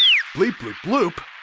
bleep bloop bloop!